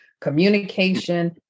communication